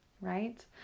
right